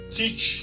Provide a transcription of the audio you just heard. teach